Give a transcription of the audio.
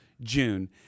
June